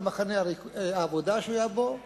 למחנה העבודה שהוא היה בו,